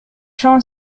shone